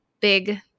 big